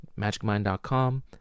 Magicmind.com